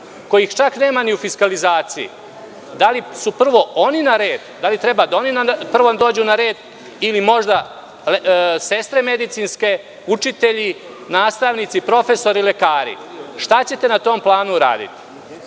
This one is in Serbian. kojih čak nema ni u fiskalizaciji. Da li prvo oni treba da dođu na red ili možda sestre medicinske, učitelji, nastavnici, profesori, lekari? Šta ćete na tom planu uraditi?